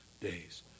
days